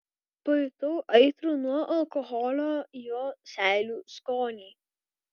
pajutau aitrų nuo alkoholio jo seilių skonį